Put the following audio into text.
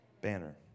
banner